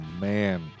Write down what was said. man